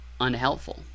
unhelpful